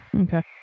Okay